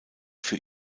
für